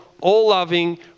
all-loving